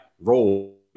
role